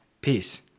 Peace